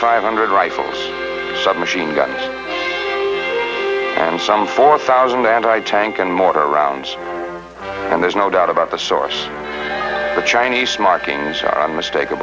five hundred rifles submachine guns and some four thousand and i tank and mortar rounds and there's no doubt about the source the chinese markings are a mistake